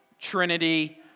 trinity